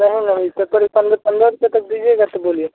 नहीं नहीं तब पर भी पन पन्द्रह रुपये तक दीजिएगा तो बोलिए